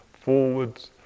forwards